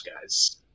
guys